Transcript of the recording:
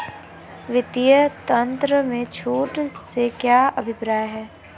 वित्तीय तंत्र में छूट से क्या अभिप्राय है?